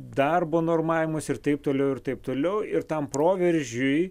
darbo normavimus ir taip toliau ir taip toliau ir tam proveržiui